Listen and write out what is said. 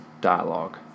dialogue